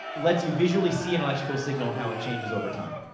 lets you visually see an electrical signal and how it changes over time.